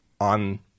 on